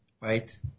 right